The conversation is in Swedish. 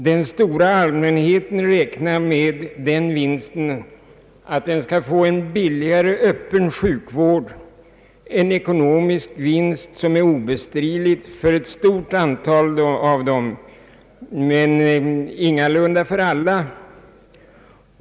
Den stora allmänheten räknar med att den skall få en billigare öppen sjukvård, en ekonomisk vinst som är obestridlig för ett stort antal människor men ingalunda för alla.